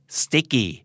sticky